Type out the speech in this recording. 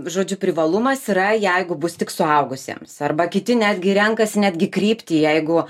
žodžiu privalumas yra jeigu bus tik suaugusiems arba kiti netgi renkasi netgi kryptį jeigu